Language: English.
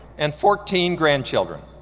and fourteen grandchildren.